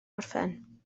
gorffen